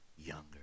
younger